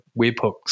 webhooks